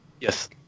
Yes